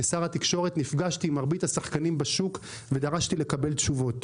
כשר התקשורת נפגשתי עם מרבית השחקנים בשוק ודרשתי לקבל תשובות.